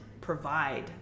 provide